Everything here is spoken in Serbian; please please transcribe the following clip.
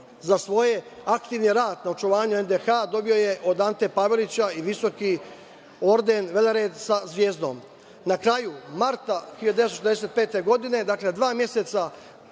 Za svoj aktivni rad na očuvanju NDH dobio je od Ante Pavelića i visoki orden Velered sa zvezdom. Na kraju marta 1945. godine, dakle dva meseca